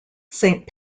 saint